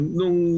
nung